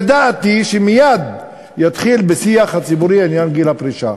ידעתי שמייד יתחיל בשיח הציבורי עניין גיל הפרישה,